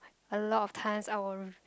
a lot of times I will